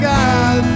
God